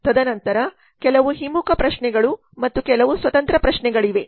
ತದನಂತರ ಕೆಲವು ಹಿಮ್ಮುಖ ಪ್ರಶ್ನೆಗಳು ಮತ್ತು ಕೆಲವು ಸ್ವತಂತ್ರ ಪ್ರಶ್ನೆಗಳಿವೆ